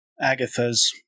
Agatha's